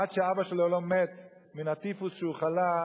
עד שאבא שלו לא מת מן הטיפוס שבו הוא חלה,